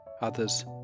others